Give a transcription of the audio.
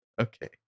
Okay